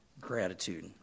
gratitude